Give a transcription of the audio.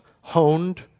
honed